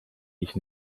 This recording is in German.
ich